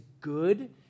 good